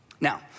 Now